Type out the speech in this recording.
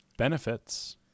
benefits